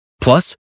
Plus